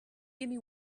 give